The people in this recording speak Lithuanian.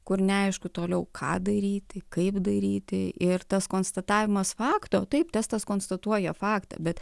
kur neaišku toliau ką daryti kaip daryti ir tas konstatavimas fakto taip testas konstatuoja faktą bet